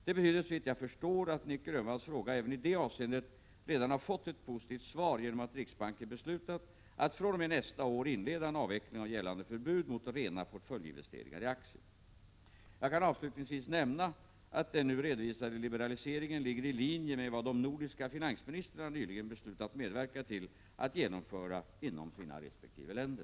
Det betyder, såvitt jag förstår, att Nic Grönvalls fråga även i detta avseende redan fått ett positivt svar genom att riksbanken beslutat att fr.o.m. nästa år inleda en avveckling av gällande förbud mot rena portföljinvesteringar i aktier. Jag kan avslutningsvis nämna att den nu redovisade liberaliseringen ligger i linje med vad de nordiska finansministrarna nyligen beslutat medverka till att genomföra inom sina resp. länder.